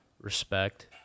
respect